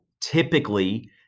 typically